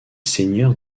seigneur